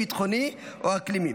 ביטחוני או אקלימי.